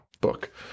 book